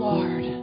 Lord